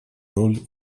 роль